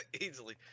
easily